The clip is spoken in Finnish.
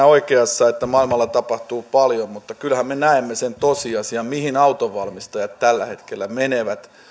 oikeassa siinä että maailmalla tapahtuu paljon mutta kyllähän me näemme sen tosiasian mihin autonvalmistajat tällä hetkellä menevät ja